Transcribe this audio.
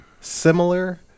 similar